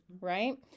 Right